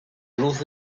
luz